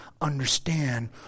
understand